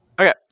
Okay